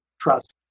trust